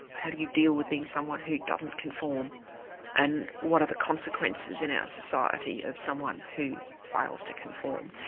how do you deal with being someone who doesn't conform and what are the consequences in our society of someone who fails to conform?